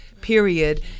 period